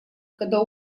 когда